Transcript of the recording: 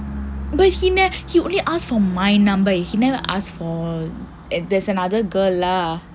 but he knew he only asked for my number he never asked for there's another girl lah